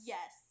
Yes